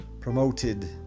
promoted